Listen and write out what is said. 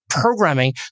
programming